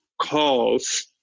calls